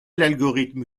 l’algorithme